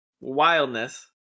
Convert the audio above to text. wildness